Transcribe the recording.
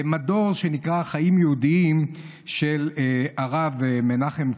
מדור שנקרא חיים יהודיים של הרב מנחם כהן,